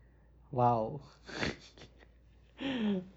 !wow!